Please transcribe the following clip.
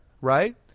right